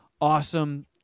awesome